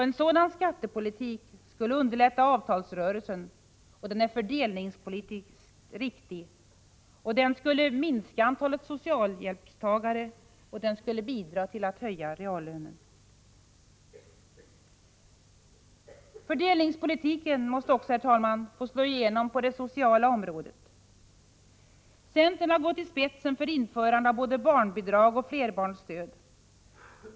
En sådan skattepolitik skulle underlätta avtalsrörelsen då den är fördelningspolitiskt riktig. Den skulle även minska antalet socialhjälpstagare, och den skulle bidra till att höja reallönen. Fördelningspolitiken måste också, herr talman, få slå igenom på det sociala området. Centern har gått i spetsen för införande av både barnbidrag och flerbarnsstöd.